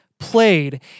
played